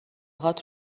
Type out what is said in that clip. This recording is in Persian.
هات